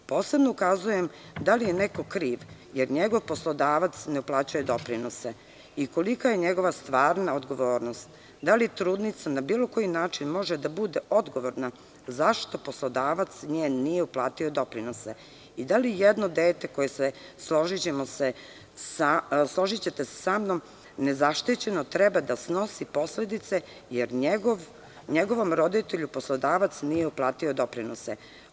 Posebno ukazujem da li je neko kriv, jer njegov poslodavac ne uplaćuje doprinose i kolika je njegova stvarna odgovornost, da li trudnica na bilo koji način može da bude odgovorna, zašto njen poslodavac nije uplatio doprinose i da li jedno dete, koje, složićete se sa mnom, nezaštićeno, treba da snosi posledice, jer njegovom roditelju poslodavac nije uplatio doprinose.